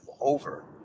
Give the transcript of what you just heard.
over